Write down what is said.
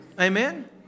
Amen